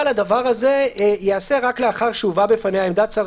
אבל הדבר הזה ייעשה רק לאחר שהובאה בפניה עמדת שר